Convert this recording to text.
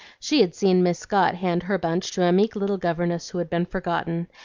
she had seen miss scott hand her bunch to a meek little governess who had been forgotten,